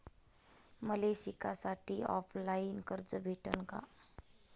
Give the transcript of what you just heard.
मले शिकासाठी ऑफलाईन कर्ज भेटन का?